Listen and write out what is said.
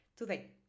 today